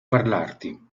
parlarti